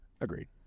Agreed